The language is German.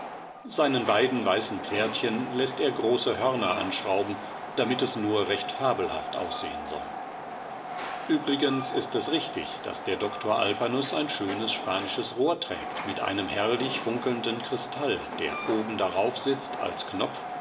seinen beiden weißen pferdchen läßt er große hörner anschrauben damit es nur recht fabelhaft aussehn soll übrigens ist es richtig daß der doktor alpanus ein schönes spanisches rohr trägt mit einem herrlich funkelnden kristall der oben darauf sitzt als knopf